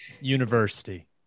university